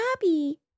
Bobby